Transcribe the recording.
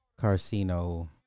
Carcino